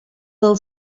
del